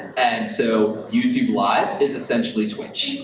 and so youtube live is essentially twitch.